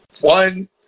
one